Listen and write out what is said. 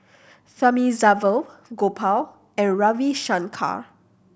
Thamizhavel Gopal and Ravi Shankar